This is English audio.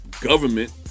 government